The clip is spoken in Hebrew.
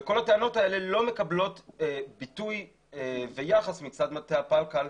כל הטענות האלה לא מקבלות ביטוי ויחס מצד מטה הפלקל,